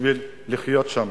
בשביל לחיות שם.